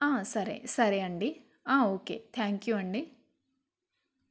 సరే సరే అండి ఓకే థ్యాంక్యూ అండి